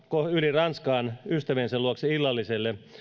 yli ranskaan ystäviensä luokse illalliselle